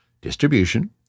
distribution